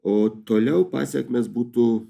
o toliau pasekmės būtų